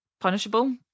punishable